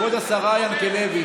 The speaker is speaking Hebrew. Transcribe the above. כבוד השרה ינקלביץ',